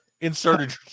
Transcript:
inserted